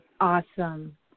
Awesome